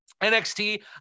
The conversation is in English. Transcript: NXT